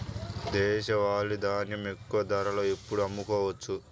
దేశవాలి ధాన్యం ఎక్కువ ధరలో ఎప్పుడు అమ్ముకోవచ్చు?